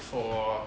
for